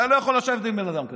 אתה לא יכול לשבת עם בן אדם כזה.